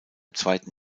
zweiten